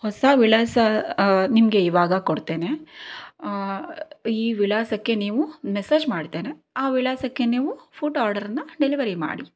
ಹೊಸ ವಿಳಾಸ ನಿಮಗೆ ಇವಾಗ ಕೊಡ್ತೇನೆ ಈ ವಿಳಾಸಕ್ಕೆ ನೀವು ಮೆಸ್ಸೆಜ್ ಮಾಡ್ತೇನೆ ಆ ವಿಳಾಸಕ್ಕೆ ನೀವು ಫುಡ್ ಆರ್ಡರ್ನ ಡೆಲಿವರಿ ಮಾಡಿ